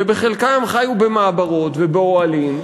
וחלקם חיו במעברות ובאוהלים,